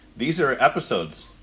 these are episodes.